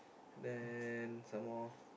then some more